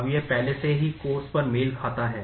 अब यह पहले से ही Course पर मेल खाता है